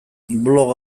blog